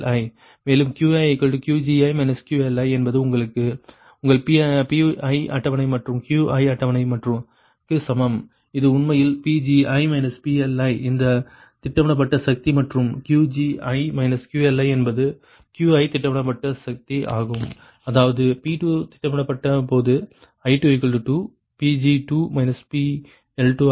மேலும் QiQgi QLi என்பது உங்கள் Pi அட்டவணை மற்றும் Qi அட்டவணைக்கு சமம் இது உண்மையில் Pgi PLi இந்த திட்டமிடப்பட்ட சக்தி மற்றும் Qgi QLi என்பது Qi திட்டமிடப்பட்ட சக்தியாகும் அதாவது P2 திட்டமிடப்பட்ட போது i 2 Pg2 PL2 ஆகும்